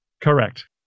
Correct